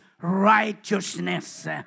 righteousness